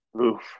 Oof